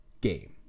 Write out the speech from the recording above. game